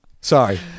Sorry